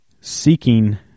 seeking